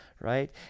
Right